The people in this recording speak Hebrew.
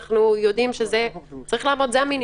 זה המינימום.